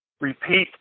repeat